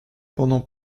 pendant